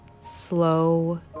slow